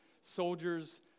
soldiers